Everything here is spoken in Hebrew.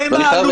אתם העלובים,